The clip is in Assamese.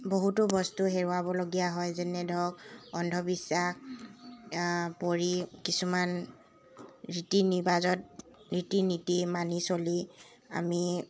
বহুতো বস্তু হেৰুৱাবলগীয়া হয় যেনে ধৰক অন্ধবিশ্বাস পৰি কিছুমান ৰীতি নীবাজত ৰীতি নীতি মানি চলি আমি